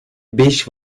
beş